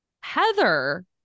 Heather